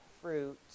fruit